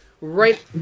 right